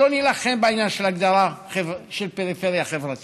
שלא נילחם בעניין של פריפריה חברתית,